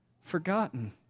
forgotten